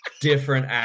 different